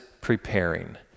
preparing